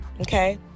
Okay